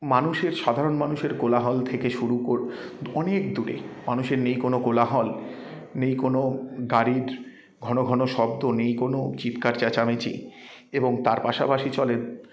মানুষের সাধারণ মানুষের কোলাহল থেকে শুরু করে অনেক দূরে মানুষের নেই কোনো কোলাহল নেই কোনো গাড়ির ঘন ঘন শব্দ নেই কোনো চিৎকার চেঁচামেচি এবং তার পাশাপাশি চলে